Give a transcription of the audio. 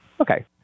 Okay